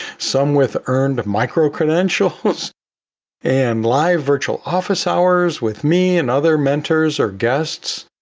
some with earned of micro credentials and live virtual office hours with me and other mentors or guests,